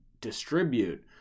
distribute